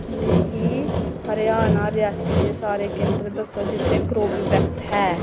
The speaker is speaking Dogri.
मिगी हरयाणा रियासत दे सारे केंदर दस्सो जित्थै कॉर्बेवैक्स ऐ